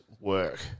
work